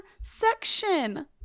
section